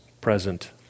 present